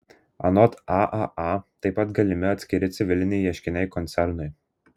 anot aaa taip pat galimi atskiri civiliniai ieškiniai koncernui